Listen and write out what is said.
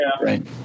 Right